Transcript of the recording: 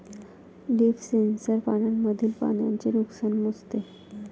leaf sensor पानांमधील पाण्याचे नुकसान मोजते